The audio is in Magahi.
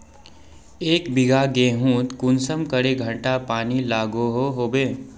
एक बिगहा गेँहूत कुंसम करे घंटा पानी लागोहो होबे?